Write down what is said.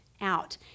out